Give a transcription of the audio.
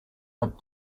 but